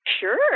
Sure